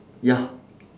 ya